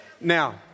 Now